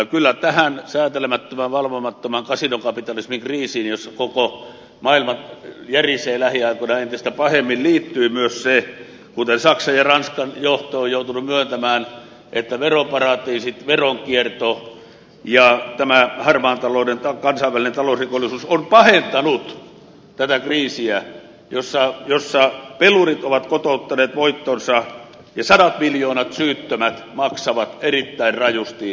ja kyllä tähän säätelemättömän valvomattoman kasinokapitalismin kriisiin jossa koko maailma järisee lähiaikoina entistä pahemmin liittyy myös se kuten saksassa ja ranskassa johto on joutunut myöntämään että veroparatiisit veronkierto ja tämä harmaan talouden kansainvälinen talousrikollisuus on pahentanut tätä kriisiä jossa pelurit ovat kotouttaneet voittonsa ja sadat miljoonat syyttömät maksavat erittäin rajusti nyt laskua